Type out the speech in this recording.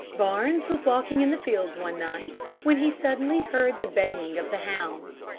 barnes was walking in the fields one night, when he suddenly heard the baying of the hounds,